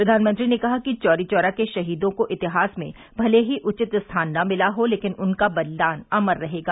प्रधानमंत्री ने कहा कि चौरी चौरा के शहीदों को इतिहास में भले ही उचित स्थान न मिला हो लेकिन उनका बलिदान अमर रहेगा